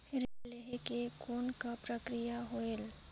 ऋण लहे के कौन का प्रक्रिया होयल?